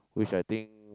which I think